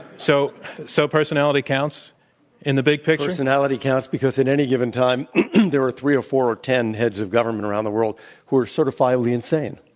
so so personality counts in the big picture? personality counts because in any given time there are three or four or ten heads of government around the world who are certifiably insane.